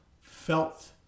felt